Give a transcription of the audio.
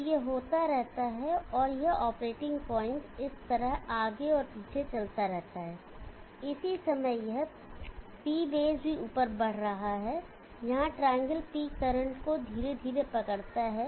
तो यह होता रहता है और यह ऑपरेटिंग पॉइंट इस तरह आगे और पीछे चलता रहता है इसी समय यह P बेस भी ऊपर बढ़ रहा है यहाँ ट्रायंगल P करंट को धीरे धीरे पकड़ता है